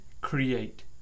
create